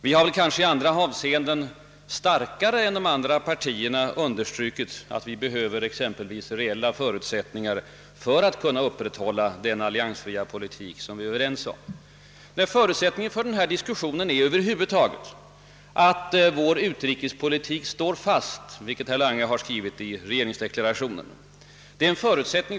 Vi har i andra avseenden starkare än de andra partierna understrukit att vi behöver exempelvis reella förutsättningar för att kunna upprätthålla den alliansfria politik som vi är överens om. Förutsättningen för vår diskussion är alltså att »vår utrikespolitik står fast», vilket herr Lange har skrivit i regeringsdeklarationen.